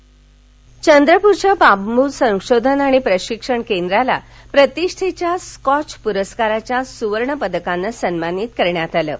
बांब परस्कार चंद्रप्रच्या बांबू संशोधन आणि प्रशिक्षण केंद्राला प्रतिष्ठेच्या स्कॉच प्रस्काराच्या सुवर्ण पदकानं सन्मानित करण्यात आलं आहे